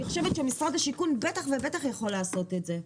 אני חושבת שמשרד השיכון בטח ובטח יכול לעשות את זה.